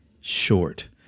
short